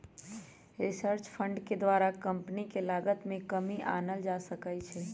research fund के द्वारा company के लागत में कमी आनल जा सकइ छै